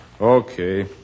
Okay